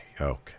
okay